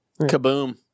Kaboom